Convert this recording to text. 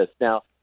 now